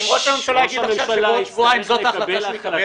אם ראש הממשלה יגיד עכשיו שבעוד שבועיים זו ההחלטה שהוא יקבל?